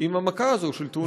עם המכה הזאת, של תאונות העבודה.